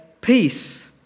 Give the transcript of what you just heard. peace